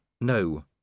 No